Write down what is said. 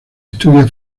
estudia